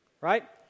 right